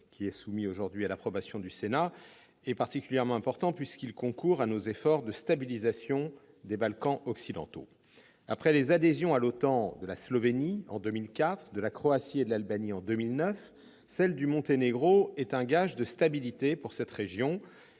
qui est soumis à l'examen du Sénat, est important puisqu'il concourt à nos efforts de stabilisation des Balkans occidentaux. Après les adhésions à l'OTAN de la Slovénie en 2004, de la Croatie et de l'Albanie en 2009, celle du Monténégro sera un gage de stabilité pour cette région,